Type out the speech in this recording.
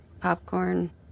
popcorn